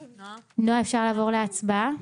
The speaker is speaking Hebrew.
נעה, אפשר לעבור להצבעה?